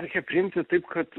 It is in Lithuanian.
reikia priimti taip kad